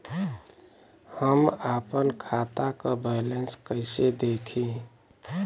हम आपन खाता क बैलेंस कईसे देखी?